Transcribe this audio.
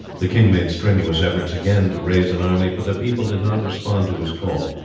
the king made strenuous efforts again to raise an army, but the people did not respond to his call.